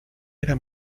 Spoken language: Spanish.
era